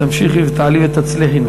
שתמשיכי ותעלי ותצליחי.